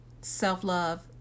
self-love